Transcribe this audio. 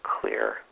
clear